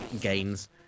gains